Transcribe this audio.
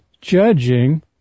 judging